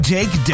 Jake